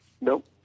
Nope